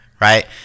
right